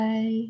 Bye